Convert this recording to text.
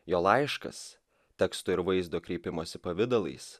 jo laiškas teksto ir vaizdo kreipimosi pavidalais